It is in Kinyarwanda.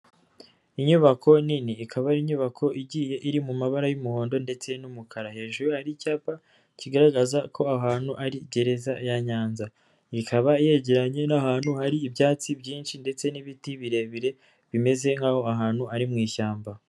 Inyubako nini ikaba ari inyubako igiye iri mu mabara y'umuhondo ndetse n'umukara, hejuru hari icyapa kigaragaza ko ahantu ari Gereza ya Nyanza, ikaba yegeranye n'ahantu hari ibyatsi byinshi ndetse n'ibiti birebire, bimeze nk'aho aho hantu ari mu ishyamba.